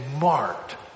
marked